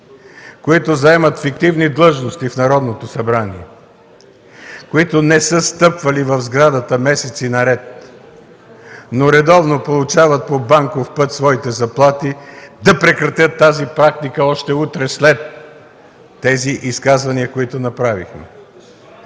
които заемат фиктивни длъжности в Народното събрание, които не са стъпвали в сградата месеци наред, но редовно получават по банков път своите заплати, да прекратят тази практика още утре след тези изказвания, които направихме,